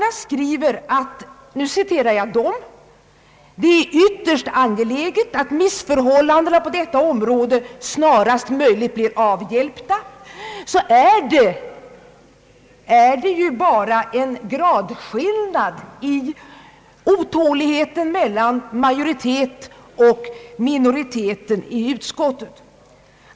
Och när reservanterna skriver att »det är ytterst angeläget att missförhållandena på detta område snarast möjligt blir avhjälpta», så är det ju bara en gradskillnad i otåligheten mellan majoriteten och minoriteten i utskottet.